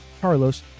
Carlos